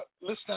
Listen